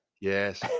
Yes